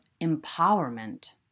empowerment